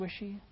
squishy